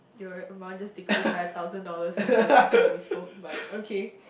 your amount just decrease by a thousand dollars since the last time we spoke but okay